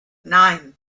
nein